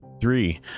Three